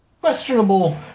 questionable